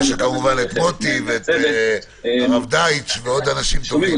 יש את מוטי פלדשטיין והרב דייטש ועוד אנשים טובים